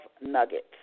Nuggets